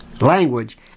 language